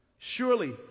Surely